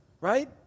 right